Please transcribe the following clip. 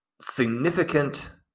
significant